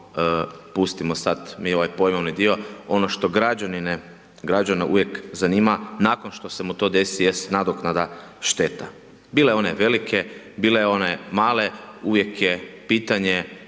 sad ovaj pojmovni dio. Ono što građane uvijek zanima, nakon što se mu to desi jest nadoknada šteta. Bile one velike, bile one male, uvijek je pitanje